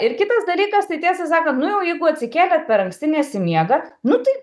ir kitas dalykas tai tiesą sakan nu jau jeigu atsikėlėt per anksti nesimiega nu tai